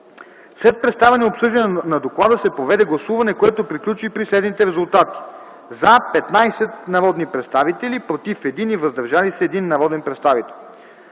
След представяне и обсъждане на доклада се проведе гласуване, което приключи при следните резултати: „за” – 15 народни представители, „против” – 1, и „въздържал се” – 1 народен представител.